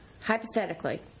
hypothetically